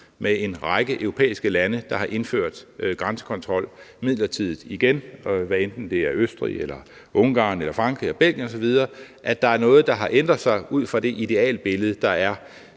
med en række europæiske lande, der har indført grænsekontrol midlertidigt igen, hvad enten det er Østrig, Ungarn, Frankrig eller Belgien osv., at der er noget, der har ændret sig i forhold til det idealbillede, der er